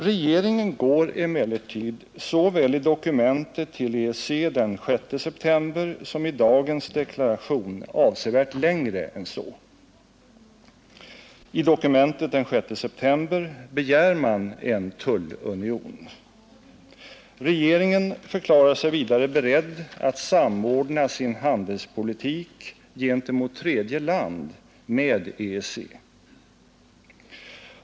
Regeringen går såväl i dokumentet till EEC den 6 september som i dagens deklaration avsevärt längre än så. I dokumentet den 6 september begär man en tullunion. Regeringen förklarar sig vidare beredd att samordna sin handelspolitik mot tredje land med EEC.